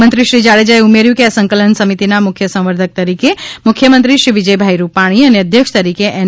મંત્રીશ્રી જાડેજાએ ઉમેર્યુ કે આ સંકલન સમિતિના મુખ્ય સંવર્ધક તરીકે મુખ્યમંત્રી શ્રી વિજયભાઇ રૂપાણી અને અધ્યક્ષ તરીકે એન